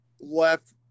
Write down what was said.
left